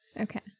Okay